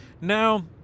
now